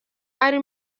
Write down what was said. ari